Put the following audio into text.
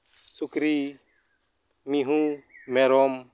ᱥᱩᱠᱨᱤ ᱢᱤᱦᱩᱸ ᱢᱮᱨᱚᱢ